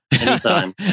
anytime